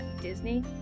Disney